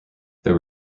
there